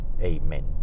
Amen